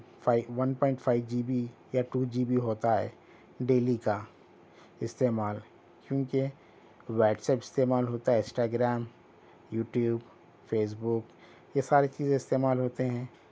five one point five GB بی یا two GB بی ہوتا ہے ڈیلی کا استعمال کیونکہ واٹساپ استعمال ہوتا ہے انسٹاگرام یوٹیوب فیس بک یہ ساری چیزیں استعمال ہوتے ہیں